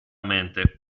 mente